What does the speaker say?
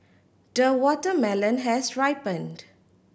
the watermelon has ripened